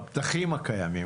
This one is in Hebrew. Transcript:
בפתחים הקיימים,